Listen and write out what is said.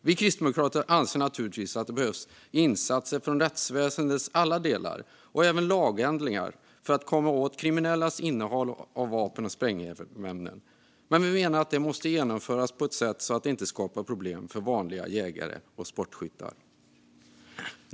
Vi kristdemokrater anser naturligtvis att det behövs insatser från rättsväsendets alla delar och även lagändringar för att komma åt kriminellas innehav av vapen och sprängmedel, men vi menar att det måste genomföras på ett sätt som inte skapar problem för vanliga jägare och sportskyttar.